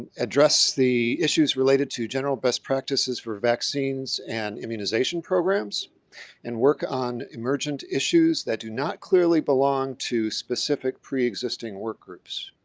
address the issues related to general best practices for vaccines and immunization programs and work on emergent issues that do not clearly belong to specific preexisting work groups.